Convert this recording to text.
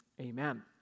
amen